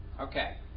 Okay